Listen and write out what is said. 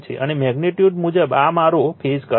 અને મેગ્નિટ્યુડ મુજબ આ મારો ફેઝ કરંટ છે